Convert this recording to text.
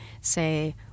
say